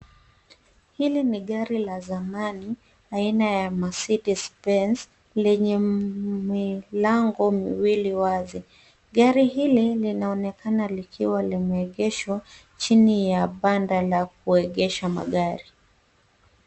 Hili ni gari la zamani aina ya Mercedes Benz lenye milango miwili wazi. Gari hili linaonekana likiwa limeegeshwa chini ya banda la kuegesha magari.